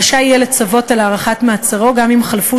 רשאי יהיה לצוות על הארכת מעצרו גם אם חלפו